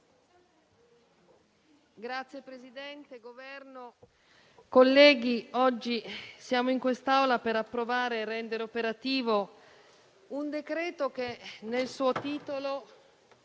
rappresentante del Governo, colleghi, oggi siamo in quest'Aula per approvare e rendere operativo un decreto che nel suo titolo